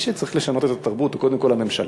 מי שצריך לשנות את התרבות הוא קודם כול הממשלה,